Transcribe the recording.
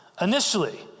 Initially